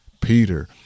Peter